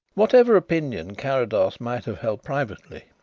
whatever opinion carrados might have held privately,